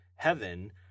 Heaven